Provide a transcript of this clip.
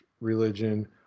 religion